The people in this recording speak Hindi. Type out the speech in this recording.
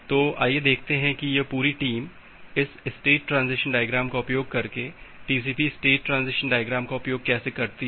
तो आईये देखते हैं कि यह पूरी टीम इस स्टेट ट्रांजीशन डायग्राम का उपयोग करके टीसीपी स्टेट ट्रांजीशन डायग्राम का उपयोग कैसे करती है